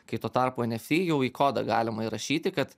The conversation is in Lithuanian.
kai tuo tarpu eft jau į kodą galima įrašyti kad